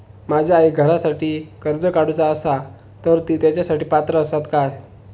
माझ्या आईक घरासाठी कर्ज काढूचा असा तर ती तेच्यासाठी पात्र असात काय?